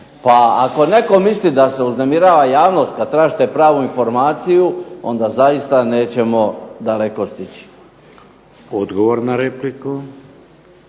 Pa ako netko misli da se uznemirava javnost kad tražite pravu informaciju, onda zaista nećemo daleko stići. **Šeks,